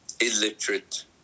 illiterate